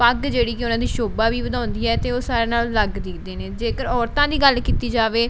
ਪੱਗ ਜਿਹੜੀ ਕਿ ਉਹਨਾਂ ਦੀ ਸ਼ੋਭਾ ਵੀ ਵਧਾਉਂਦੀ ਹੈ ਅਤੇ ਉਹ ਸਾਰਿਆਂ ਨਾਲੋਂ ਅਲੱਗ ਦਿਖਦੇ ਨੇ ਜੇਕਰ ਔਰਤਾਂ ਦੀ ਗੱਲ ਕੀਤੀ ਜਾਵੇ